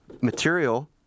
material